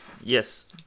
Yes